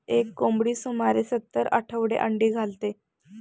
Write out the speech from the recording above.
एक कोंबडी सुमारे सत्तर आठवडे अंडी घालते